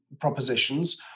propositions